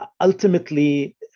ultimately